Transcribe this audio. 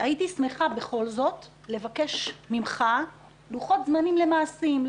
הייתי שמחה בכל זאת לבקש ממך לוחות זמנים למעשים,